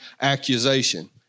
accusation